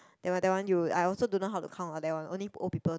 that one that one you I also don't know how to count that one only old people